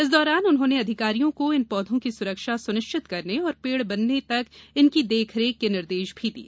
इस दौरान उन्होंने अधिकारियों को इन पौधों की सुरक्षा सुनिश्चित करने और पेड़ बनने तक इनकी देखरेख के निर्देश भी दिये